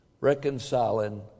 reconciling